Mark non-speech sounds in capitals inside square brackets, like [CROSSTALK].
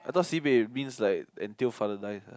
I thought sibei means like until father die [NOISE]